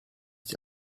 die